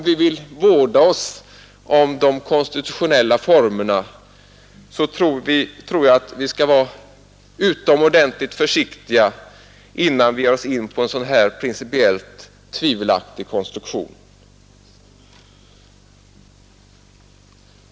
Vill vi vårda oss om de konstitutionella formerna, tror jag vi skall vara utomordentligt försiktiga innan vi ger oss in på en sådan principiellt tvivelaktig konstruktion.